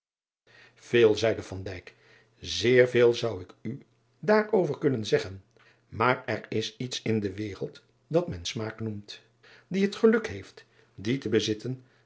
eel zeide zeer veel zou ik u daarover kunnen zeggen maar er is iets in de wereld dat men maak noemt ie het geluk heeft dien te bezitten